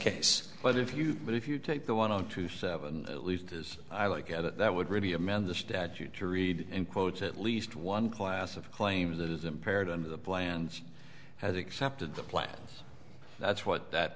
case but if you but if you take the one on to seven at least as i like at it that would really amend the statute to read in quotes at least one class of claims that is impaired under the plans has accepted the plan that's what that